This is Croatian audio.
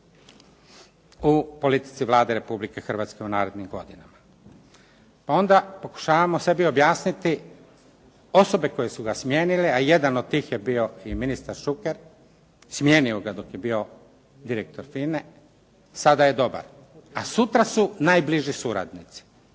u politici Vlade Republike Hrvatske u narednim godinama. Pa onda pokušavamo sebi objasniti osobe koje su ga smijenile, a jedan od tih je bio i ministar Šuker, smijenio ga dok je bio direktor FINA-e, a sada je dobar. A sutra su najbliži suradnici.